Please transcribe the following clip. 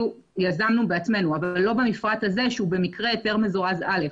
ידענו בעצמנו אבל לא במפרט הזה שהוא במקרה היתר מזורז א'.